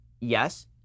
Yes